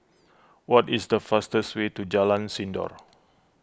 what is the fastest way to Jalan Sindor